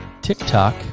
TikTok